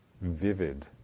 vivid